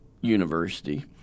university